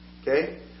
Okay